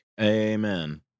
Amen